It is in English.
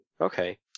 Okay